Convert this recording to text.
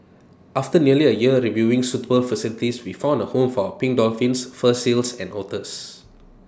after nearly A year reviewing suitable facilities we found A home for pink dolphins fur seals and otters